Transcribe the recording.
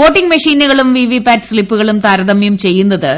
voting മെഷീനുകളും VVPAT സ്തിപ്പുകളും താരതമ്യം ചെയ്യുന്നത്